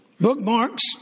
bookmarks